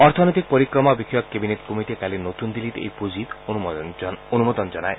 অৰ্থনৈতিক পৰিক্ৰমা বিষয়ক কেবিনেট কমিটিয়ে কালি নতুন দিন্নীত এই পুঁজিত অনুমোদন জনায়